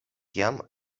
jam